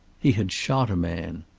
he had shot a man.